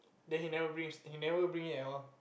then he never bring he never bring it at all